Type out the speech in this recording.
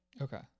Okay